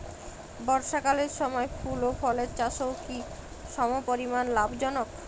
বর্ষাকালের সময় ফুল ও ফলের চাষও কি সমপরিমাণ লাভজনক?